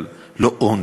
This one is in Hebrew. אבל לא עוני.